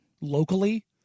locally